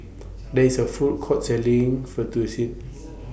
There IS A Food Court Selling Fettuccine